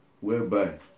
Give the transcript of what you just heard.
whereby